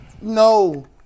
no